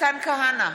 מתן כהנא,